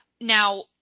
now